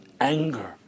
anger